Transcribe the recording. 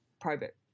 private